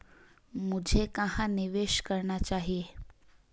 मुझे कहां निवेश करना चाहिए?